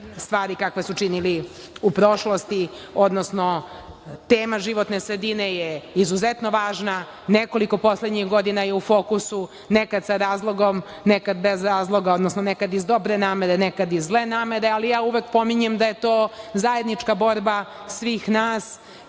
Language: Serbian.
stvari kakve su činili u prošlosti. Tema životne sredine je izuzetno važna, nekoliko poslednjih godina je u fokusu, nekad sa razlogom, nekad bez razloga, odnosno nekad iz dobre namere, nekad iz zle namere. Uvek pominjem da je to zajednička borba svih nas